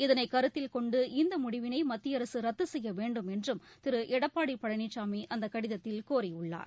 இதனை கருத்தில் கொண்டு இந்த முடிவினை மத்திய அரசு ரத்து செய்ய வேண்டும் என்றும் திரு எடப்பாடி பழனிசாமி அந்த கடிதத்தில் கோரியுள்ளார்